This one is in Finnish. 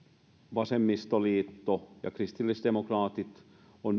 vasemmistoliitto ja kristillisdemokraatit